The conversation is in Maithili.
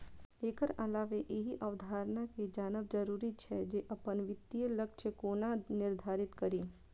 एकर अलावे एहि अवधारणा कें जानब जरूरी छै, जे अपन वित्तीय लक्ष्य कोना निर्धारित करी